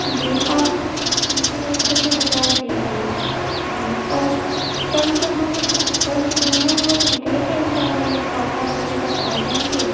جی آپ مجھے ان سے بات کر کے بتا دیجیے جی اور کل صبح میں کل صبح میں ہم لوگ نکلیں گے شام میں سات آٹھ بجے تک آ جائیں گے